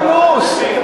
קצת נימוס.